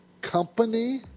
company